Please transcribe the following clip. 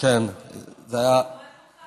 אם להשקיע